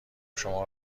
شما